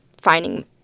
finding